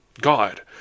God